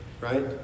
right